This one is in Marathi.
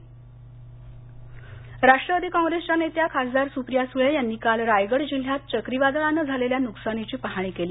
रायगड राष्ट्रवादी कॉंग्रेसच्या नेत्या खासदार सुप्रिया सुळे यांनी काल रायगड जिल्ह्यात चक्री वादळाने झालेल्या नुकसानीची पाहणी केली